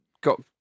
got